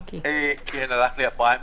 כן, הלך לי הפריימריז.